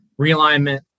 realignment